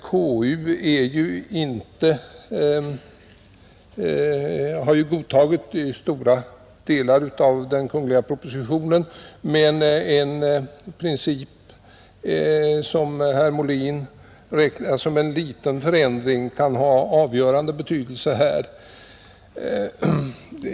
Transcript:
KU har ju godtagit stora delar av den kungliga propositionen, men det förslag som herr Molin räknade såsom en liten förändring kan ha avgörande betydelse här.